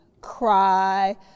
cry